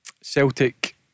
Celtic